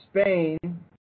Spain